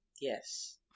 Yes